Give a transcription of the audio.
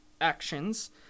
actions